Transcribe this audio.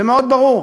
זה מאוד ברור,